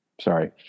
Sorry